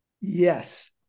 yes